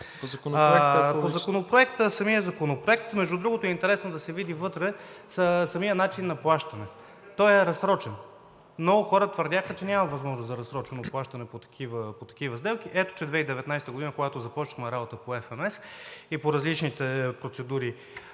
По самия законопроект. Между другото, е интересно да се види вътре самият начин на плащане – той е разсрочен. Много хора твърдяха, че няма възможност за разсрочено плащане по такива сделки – ето, че 2019 г., когато започнахме работа по FMS и по различните процедури